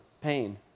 pain